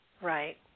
Right